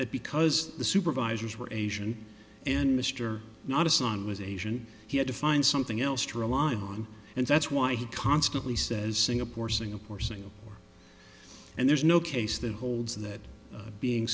that because the supervisors were asian and mr not a son was asian he had to find something else to rely on and that's why he constantly says singapore singapore singapore and there's no case that holds that being